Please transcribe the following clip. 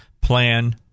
plan